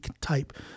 type